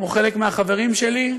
כמו חלק מהחברים שלי,